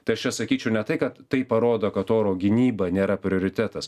tai aš čia sakyčiau ne tai kad tai parodo kad oro gynyba nėra prioritetas